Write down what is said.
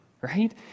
right